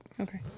Okay